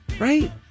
Right